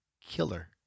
killer